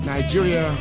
Nigeria